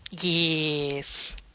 Yes